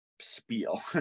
spiel